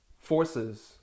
forces